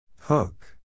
Hook